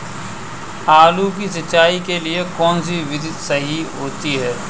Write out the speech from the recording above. आलू की सिंचाई के लिए कौन सी विधि सही होती है?